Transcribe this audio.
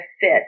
fit